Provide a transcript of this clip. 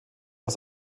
aus